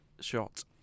Shot